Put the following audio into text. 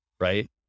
Right